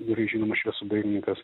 gerai žinomas šviesų dailininkas